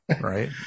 Right